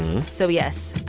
so yes,